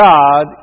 God